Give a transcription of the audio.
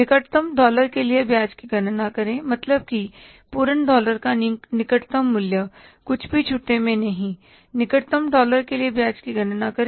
निकटतम डॉलर के लिए ब्याज की गणना करें मतलब कि पूर्ण डॉलर का निकटतम मूल्य कुछ भी छुट्टे में नहीं निकटतम डॉलर के लिए ब्याज की गणना करें